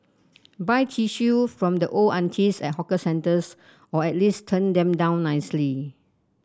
buy tissue from the old aunties at hawker centres or at least turn them down nicely